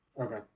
Okay